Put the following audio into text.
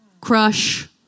crush